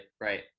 right